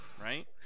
right